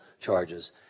charges